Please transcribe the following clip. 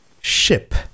ship